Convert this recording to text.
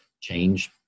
change